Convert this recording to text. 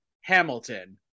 Hamilton